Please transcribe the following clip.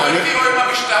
או אתי או עם המשטרה.